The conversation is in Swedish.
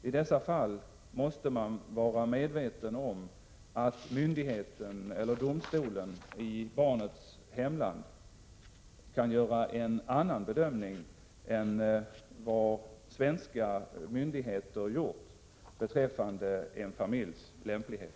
I dessa fall måste man vara medveten om att myndigheten eller domstolen i barnets hemland kan göra en annan bedömning än vad svenska myndigheter gjort beträffande en familjs lämplighet.